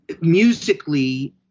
musically